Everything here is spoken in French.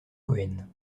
cohen